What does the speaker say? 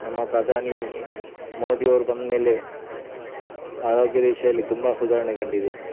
ನಮ್ಮ ಪ್ರಧಾನಿ ಮೋದಿ ಅವರು ಬಂದ್ಮೇಲೆ ಆರೋಗ್ಯದ ವಿಷಯ ಅಲ್ಲಿ ತುಂಬ ಸುಧಾರಣೆ ಕಂಡಿದೆ